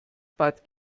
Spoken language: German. bat